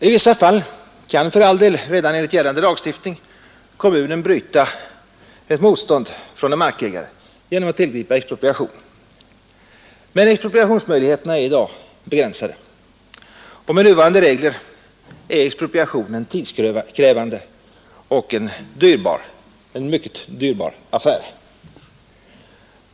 I vissa fall kan för all del redan enligt gällande lagstiftning kommunen bryta ett motstånd från en markägare genom att tillgripa expropriation. Men expropriationsmöjligheterna är i dag begränsade, och med nuvarande regler är expropriationen tidskrävande och en mycket dyrbar affär.